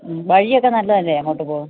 വഴിയൊക്കെ നല്ലതല്ലേ അങ്ങോട്ട് പോവു